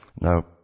Now